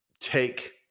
take